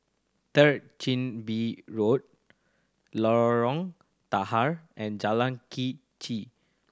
Third Chin Bee Road Lorong Tahar and Jalan Quee Che